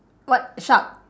what shark